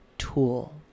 tool